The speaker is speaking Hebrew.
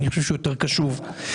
אני חושב שהוא קשוב יותר.